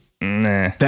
nah